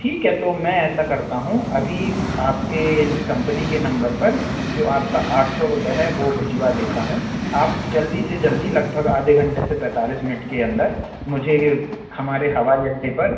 ठीक है तो मैं ऐसा करता हूँ अभी आपके कंपनी के नंबर पर जो आपका आठ सौ रुपए है वो भिजवा देता हूँ आप जल्दी से जल्दी लगभग आधे घंटे से पैंतालीस मिनट के अंदर मुझे ये हमारे हवाई अड्डे पर